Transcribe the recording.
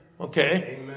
Okay